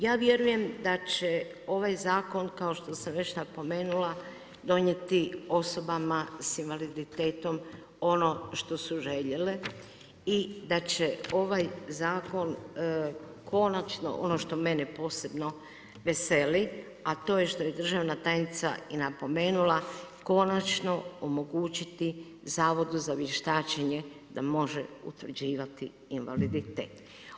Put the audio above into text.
Ja vjerujem da će ovaj zakon kao što sam već napomenula, donijeti osobama sa invaliditetom ono što su željele i da će ovaj zakon konačno ono što mene posebno veseli, a to je što je državna tajnica i napomenula, konačno omogućiti Zavodu za vještačenje da može utvrđivati invaliditet.